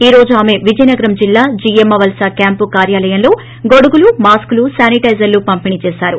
ఈ రోజు ఆమె విజయనగరం జిల్లా జియ్యమ్మవలస క్యాంపు కార్యాలయంలో వారికి గొడుగులు మాస్కులు శానిటైజర్లు పంపిణీ చేశారు